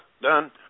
done